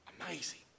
amazing